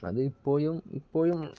അത് ഇപ്പോഴും ഇപ്പോഴും